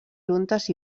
juntes